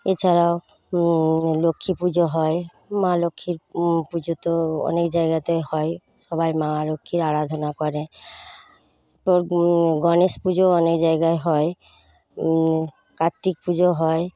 এছাড়াও লক্ষ্মী পুজো হয় মা লক্ষ্মীর পুজো তো অনেক জায়গাতেই হয় সবাই মা লক্ষ্মীর আরাধনা করে গণেশ পুজোও অনেক জায়গায় হয় কার্তিক পুজো হয়